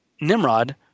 Nimrod